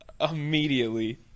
immediately